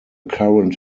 current